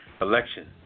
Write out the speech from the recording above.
election